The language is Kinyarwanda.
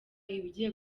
ibigiye